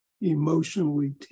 emotionally